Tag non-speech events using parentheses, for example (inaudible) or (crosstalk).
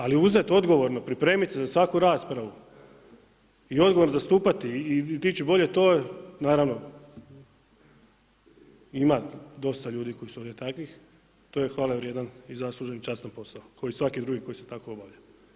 Ali uzet odgovorno, pripremiti se za svaku raspravu i odgovorno zastupati i ... (unintelligible) bolje, to je naravno ima dosta ljudi koji su ovdje takvi, to je hvale vrijedan i zaslužen častan posao, kao i svaki drugi koji se tako obavlja.